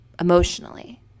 emotionally